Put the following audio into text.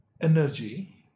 energy